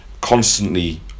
constantly